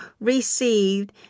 received